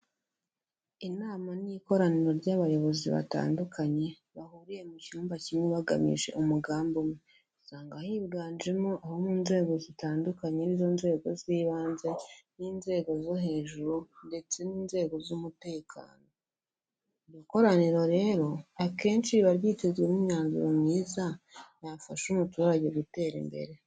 Inama ni ikoraniro ry'abayobozi batandukanye, bahuriye mu cyumba kimwe bagamije umugambi umwe, usanga higanjemo abo mu nzego zitandukanye, ari zo nzego z'ibanze, n'inzego zo hejuru ndetse n'inzego z'umutekano, ikoraniro rero akenshi riba ryitezwemo imyanzuro myiza, yafasha umuturage gutera imbere.